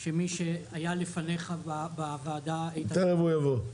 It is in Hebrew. ואני שמח שמי שהיה לפניך בוועדה --- תיכף הוא יבוא,